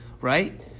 right